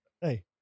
hey